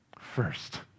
First